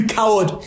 coward